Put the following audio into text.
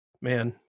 man